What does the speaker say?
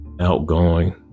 outgoing